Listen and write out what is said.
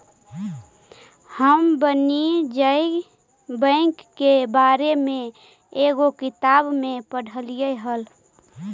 हम वाणिज्य बैंक के बारे में एगो किताब में पढ़लियइ हल